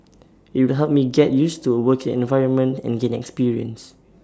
IT will help me get used to A working environment and gain experience